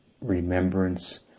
remembrance